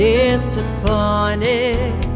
Disappointed